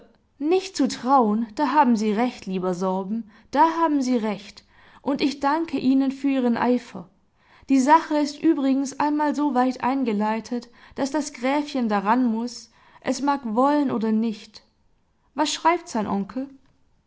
nicht zu tr nicht zu trauen da haben sie recht lieber sorben da haben sie recht und ich danke ihnen für ihren eifer die sache ist übrigens einmal so weit eingeleitet daß das gräfchen daran muß es mag wollen oder nicht was schreibt sein onkel